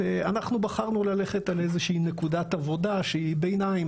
אנחנו בחרנו ללכת על איזושהי נקודת עבודה שהיא ביניים,